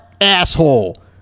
asshole